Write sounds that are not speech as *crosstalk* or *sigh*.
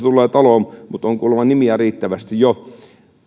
*unintelligible* tulee taloon mutta on kuulemma nimiä riittävästi jo